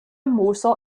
muso